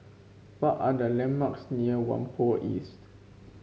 what are the landmarks near Whampoa East